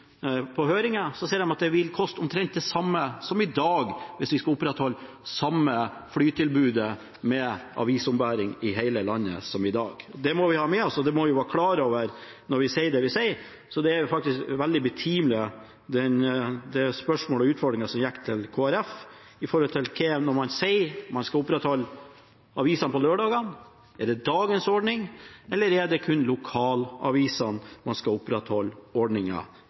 at det vil koste omtrent det samme som i dag hvis vi skal opprettholde samme flytilbud med avisombæring i hele landet. Det må vi ha med oss, og det må vi være klar over når vi sier det vi sier. Så det er faktisk veldig betimelig det spørsmålet og den utfordringen som gikk til Kristelig Folkeparti: Hva betyr det når man sier at man skal opprettholde ombringing av avisene på lørdagene? Er det dagens ordning, eller er det kun lokalavisene man skal opprettholde